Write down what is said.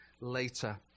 later